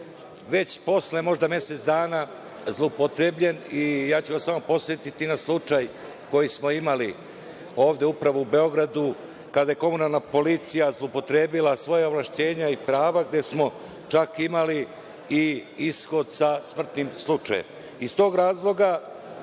već posle možda mesec dana, zloupotrebljen, i ja ću vas samo podsetiti na slučaj koji smo imali, ovde upravo, u Beogradu, kada je komunalna policija zloupotrebila svoja ovlašćenja i prava, gde smo čak imali i ishod sa smrtnim slučajem. Iz tog razloga